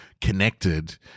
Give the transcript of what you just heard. connected